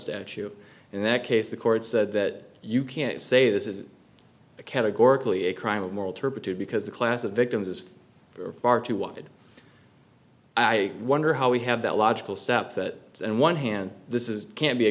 statute in that case the court said that you can't say this is a categorically a crime of moral turpitude because the class of victims is far too wide i wonder how we have that logical step that and one hand this is can be a